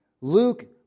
Luke